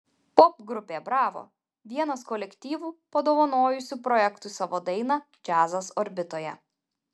popgrupė bravo vienas kolektyvų padovanojusių projektui savo dainą džiazas orbitoje